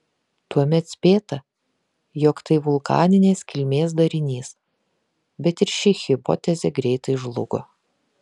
tuomet spėta jog tai vulkaninės kilmės darinys bet ir ši hipotezė greitai žlugo